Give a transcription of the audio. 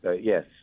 yes